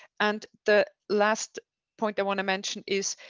and the last point i want to mention is,